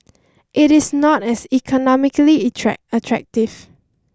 it is not as economically attractive